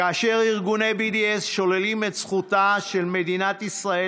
כאשר ארגוני BDS שוללים את זכותה של מדינת ישראל